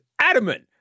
adamant